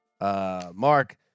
Mark